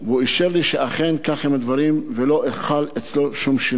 והוא אישר לי שאכן כך הם הדברים ולא חל אצלו שום שינוי.